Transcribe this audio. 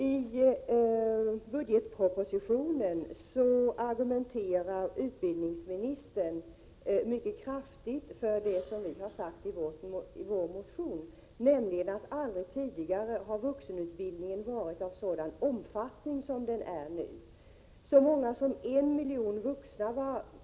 I budgetpropositionen argumenterar utbildningsministern mycket kraftigt för det som vi har sagt i vår motion, nämligen att vuxenutbildningen aldrig tidigare har varit av sådan omfattning som den är nu.